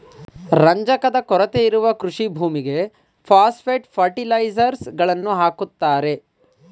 ರಂಜಕದ ಕೊರತೆ ಇರುವ ಕೃಷಿ ಭೂಮಿಗೆ ಪಾಸ್ಪೆಟ್ ಫರ್ಟಿಲೈಸರ್ಸ್ ಗಳನ್ನು ಹಾಕುತ್ತಾರೆ